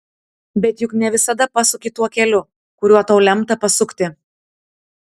bet juk ne visada pasuki tuo keliu kuriuo tau lemta pasukti